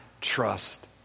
trust